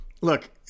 look